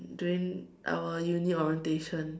during our uni orientation